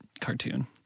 cartoon